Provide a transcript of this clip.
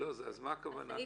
אז מה הכוונה?